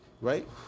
Right